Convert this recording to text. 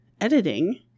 editing